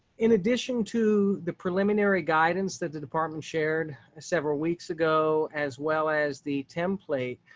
in addition to the preliminary guidance that the department shared several weeks ago, as well as the template.